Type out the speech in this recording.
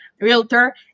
realtor